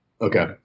Okay